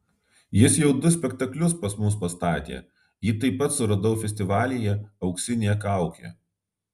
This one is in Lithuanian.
jis jau du spektaklius pas mus pastatė jį taip pat suradau festivalyje auksinė kaukė